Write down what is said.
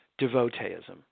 devoteeism